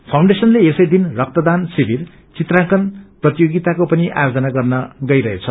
फाउन्डेशनले यसैदिन रक्तदान शिविर चित्राकंन प्रतियोगिताको पनि आयोजन गर्न गइरहेछ